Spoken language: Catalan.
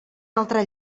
altre